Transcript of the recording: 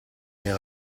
era